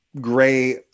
gray